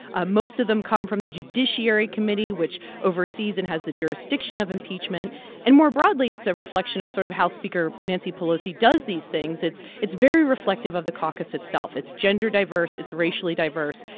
ah most of them come from the judiciary committee, which oversees and has the jurisdiction of impeachment and more broadly, it's a reflection of sort of how speaker nancy pelosi does these things. it's it's very reflective of the caucus itself. it's gender-diverse. it's racially diverse.